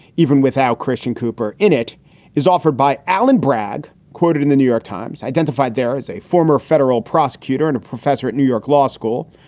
even without christian cooper in, it is offered by alan bragge, quoted in the new york times, identified there as a former federal prosecutor and a professor at new york law school.